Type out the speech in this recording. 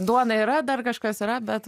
duona yra dar kažkas yra bet